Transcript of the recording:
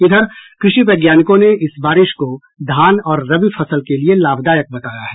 इधर कृषि वैज्ञानिकों ने इस बारिश को धान और रबी फसल के लिये लाभदायक बताया है